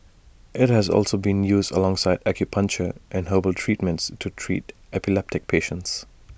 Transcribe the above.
IT has also been used alongside acupuncture and herbal treatments to treat epileptic patients